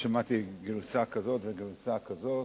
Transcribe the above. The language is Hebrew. שמעתי גרסה כזאת וגרסה כזאת.